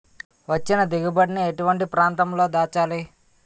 వచ్చిన దిగుబడి ని ఎటువంటి ప్రాంతం లో దాచాలి?